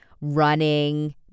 running